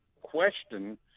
question –